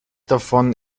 davon